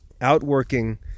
outworking